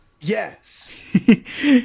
Yes